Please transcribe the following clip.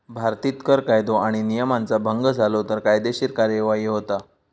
भारतीत कर कायदो आणि नियमांचा भंग झालो तर कायदेशीर कार्यवाही होता